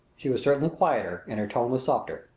she was certainly quieter and her tone was softer.